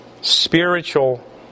spiritual